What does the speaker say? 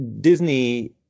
Disney